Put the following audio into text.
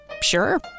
Sure